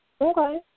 Okay